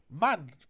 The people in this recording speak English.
Man